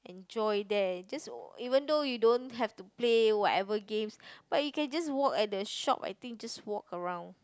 enjoy there just even though you don't have to play whatever game but you can just walk at the shop I think just walk around